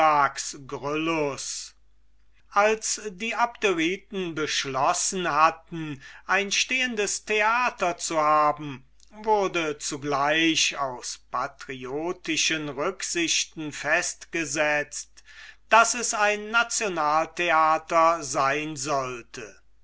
als die abderiten beschlossen hatten ein stehendes theater zu haben wurde zugleich aus patriotischen rücksichten festgesetzt daß es ein nationaltheater sein sollte